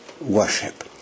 worship